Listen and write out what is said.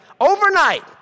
Overnight